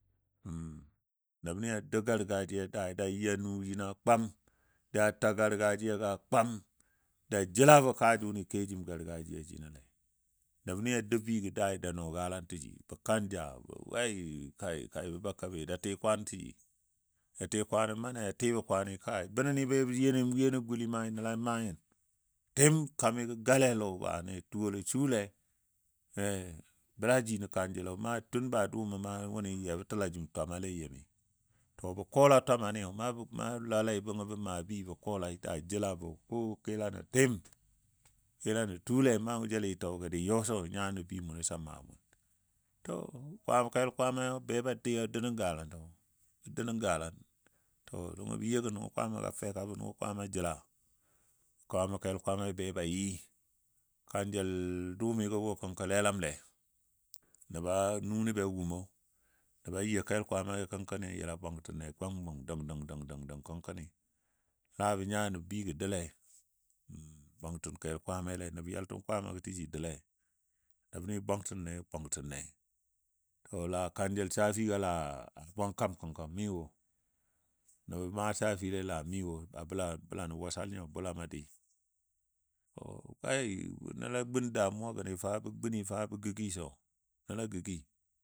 Nəbni a dou gargajiya dai ja ya nu jino a kwam ja ta gargajiyago a kwam ja jəlabɔ kaa jʊni kejim gargajiya jinole nəb a dou bɨgɔ daai ja nɔɔ galan təji. Bə kanja wai kai kai bə bakabe ja tɨ kwano təji bənɔ ni be bə you nən guli maa nəl a maa nyin, tɨm kamigɔ gale lɔ wane tuwolɔ sule bəla ji nən kanjəlo ma tun ba dʊʊmɔ ma wʊni yabə təla jim twamale a yəmi, to bə kɔla twamaniyo na lala bangɔ bə maa bɨ ja jəlabɔ ko kilano tɨm, kilanɔ tule maa wo jəli gə jə yɔ sɔ nya nə bɨ munɔ sa maa mun. To kel kwaamayo be ba doui a dou nən galan, a dou nən galan, to nəngɔ bə you gən nəngɔ kwaamago feka bən wo kwaama jila kəl kwaama ba yɨ kanjəl dʊʊmigɔ wo kaənkɔ lemanle nu nəbɔ a wummɔ nəba you kəl kwaama kənkɔni yila bwantinle dənga dəng dəng kənkɔni labɔ nya nəb bigɔ doule bwangtən kel kwaamagole, nəb yaltəm kwaamago təji doule, nəb ni bwangtinle bwangtənle to laa kanjəl safingo laa a bwangkam kənkɔ miyo nəbɔ maa safile laa miwo a bəla nən wasan nyo bulam a dɨɨ. To nəlla gun damuwa gəni fa bə guni fa bə gəgəi sɔ, nəlla gəgəi.